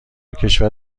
کشور